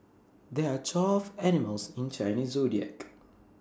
there are twelve animals in Chinese Zodiac